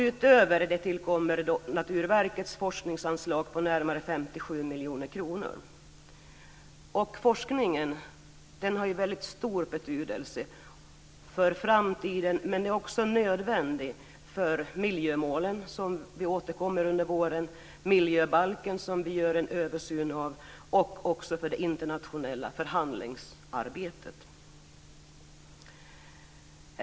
Utöver det tillkommer Naturvårdsverkets forskningsanslag på närmare 57 miljoner kronor. Forskningen har stor betydelse för framtiden men är också nödvändig för miljömålen som vi återkommer till under våren, för miljöbalken som vi gör en översyn av och även för det internationella förhandlingsarbetet.